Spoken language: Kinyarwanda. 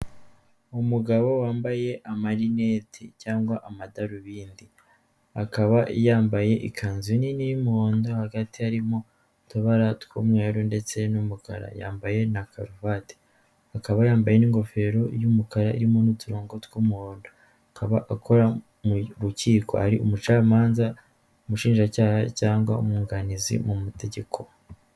Umugabo wambaye amarinete cyangwa amadarubindi, akaba yambaye ikanzu nini y'umuhondo hagati harimo utubara tw'umweru ndetse n'umukara, yambaye na karuvate, akaba yambaye n'ingofero y'umukara irimo n'uturongo tw'umuhondo, akaba akora mu rukiko ari umucamanza, umushinjacyaha cyangwa umwunganizi mu mategeko.